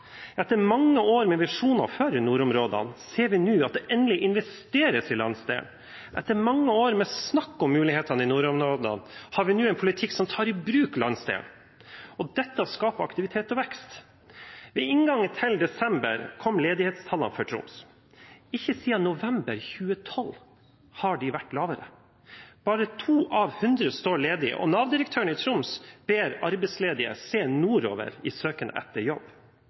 Etter mange år med visjoner for nordområdene ser vi nå at det endelig investeres i landsdelen. Etter mange år med snakk om mulighetene i nordområdene har vi nå en politikk som tar i bruk landsdelen. Dette skaper aktivitet og vekst. Ved inngangen til desember kom ledighetstallene for Troms. Ikke siden november 2012 har de vært lavere. Bare 2 av 100 står ledig, og Nav-direktøren i Troms ber arbeidsledige se nordover i sitt søk etter jobb.